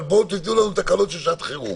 אבל בואו תנו לנו תקנות של שעת חירום.